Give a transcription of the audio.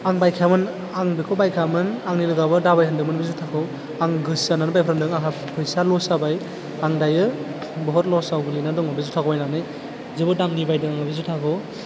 आं बायखायामोन आं बेखौ बायखायामोन आंनि लोगोआबो दा बाय होनदोंमोन बे जुथाखौ आं गोसो जानानै बायफ्लांदों आंहा फैसा लस जाबाय आं दायो बहत लसाव गोग्लैनानै दङ बे जुथाखौ बायनानै जोबोद दामनि बायदों आङो बे जुथाखौ